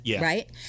right